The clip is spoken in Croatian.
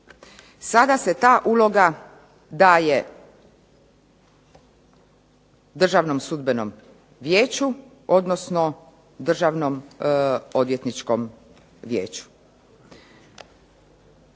Sada se ta uloga daje Državnom sudbenom vijeću, odnosno Državnom odvjetničkom vijeću.